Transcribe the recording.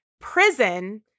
prison